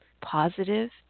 positive